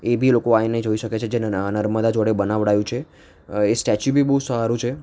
એબી લોકો આવીને જોઈ શકે છે જે નના નર્મદા જોડે બનાવડાવ્યું છે એ સ્ટેચ્યૂ બી બહુ સારું છે